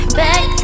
back